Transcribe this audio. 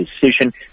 decision